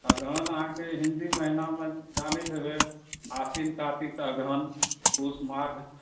अगहन अहाँकेॅं हिंदी महीनामे जानैत हेबै आसीन कार्तिक अगहन पूस माघ